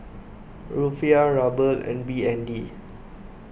Rufiyaa Ruble and B N D